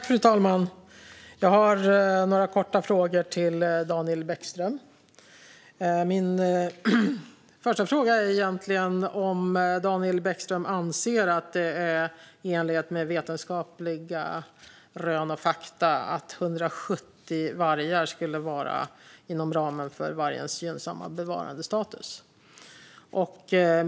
Fru talman! Jag har några korta frågor till Daniel Bäckström. Min första fråga är om Daniel Bäckström anser att det är i enlighet med vetenskapliga rön och fakta att 170 vargar skulle vara inom ramen för vargens gynnsamma bevarandestatus.